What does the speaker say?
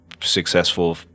successful